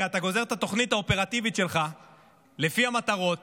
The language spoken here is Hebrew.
הרי אתה גוזר את התוכנית האופרטיבית שלך לפי המטרות